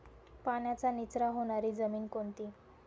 पाण्याचा निचरा होणारी जमीन कोणती?